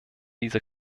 diese